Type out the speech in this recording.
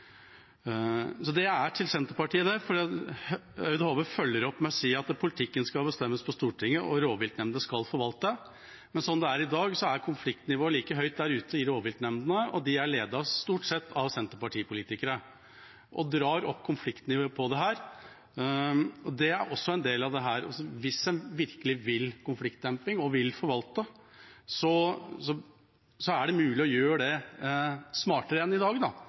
er til Senterpartiet, for Aud Hove følger opp med å si at politikken skal bestemmes på Stortinget, og rovviltnemndene skal forvalte. Men sånn som det er i dag, er konfliktnivået like høyt der ute i rovviltnemndene, og de er ledet – stort sett – av Senterparti-politikere, og de drar opp konfliktnivået når det gjelder dette. Det er også en del av dette. Hvis en virkelig vil ha konfliktdemping og vil forvalte, er det mulig å gjøre det smartere enn i dag,